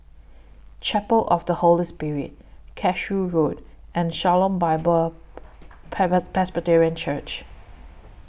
Chapel of The Holy Spirit Cashew Road and Shalom Bible Presbyterian Church